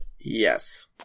Yes